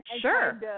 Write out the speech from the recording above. sure